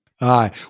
Aye